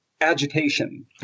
agitation